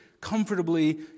comfortably